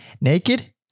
Naked